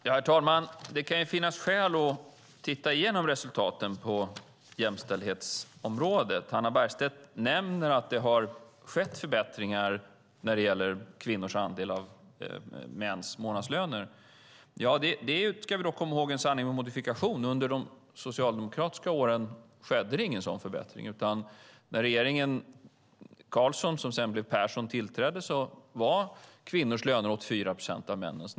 Herr talman! Det kan finnas skäl att titta igenom resultaten på jämställdhetsområdet. Hannah Bergstedt nämner att det har skett förbättringar när det gäller kvinnors andel av mäns månadslöner. Ja, vi ska dock komma ihåg att det är en sanning med modifikation. Under de socialdemokratiska åren skedde det ingen sådan förbättring. När regeringen Carlsson som sedan blev Persson tillträdde var kvinnors löner 84 procent av männens.